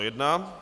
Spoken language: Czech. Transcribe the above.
1.